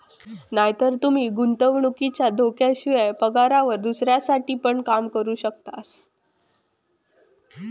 नायतर तूमी गुंतवणुकीच्या धोक्याशिवाय, पगारावर दुसऱ्यांसाठी पण काम करू शकतास